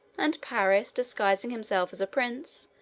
and paris, disguising himself as a prince,